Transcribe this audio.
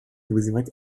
вызывать